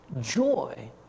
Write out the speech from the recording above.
joy